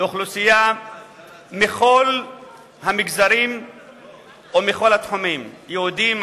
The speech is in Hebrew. באוכלוסייה מכל המגזרים ומכל התחומים: יהודים,